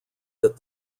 that